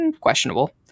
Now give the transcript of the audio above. questionable